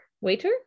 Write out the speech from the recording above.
waiter